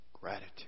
gratitude